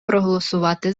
проголосувати